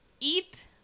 eat